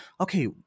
okay